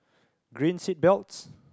green seatbelts